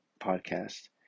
podcast